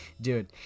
Dude